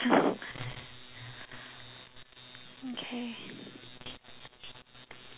okay